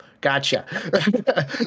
Gotcha